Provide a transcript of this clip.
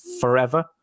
forever